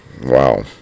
wow